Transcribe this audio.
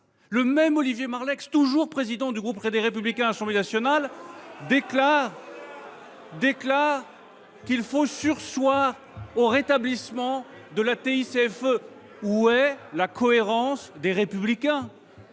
le même Olivier Marleix, toujours président du groupe Les Républicains à l’Assemblée nationale, déclarait qu’il fallait surseoir au rétablissement de la TICFE. Où est la cohérence des Républicains ?